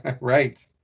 right